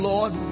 Lord